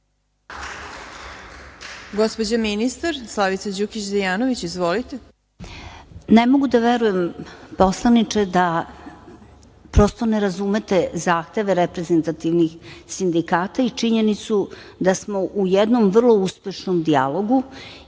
Gospođa ministar Slavica Đukić Dejanović. **Slavica Đukić Dejanović** Ne mogu da verujem poslaniče da prosto ne razumete zahteve reprezentativnih sindikata i činjenicu da smo u jednom vrlo uspešnom dijalogu